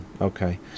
Okay